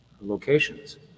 locations